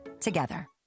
together